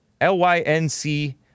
L-Y-N-C